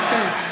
אוקיי.